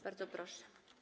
Bardzo proszę.